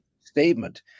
statement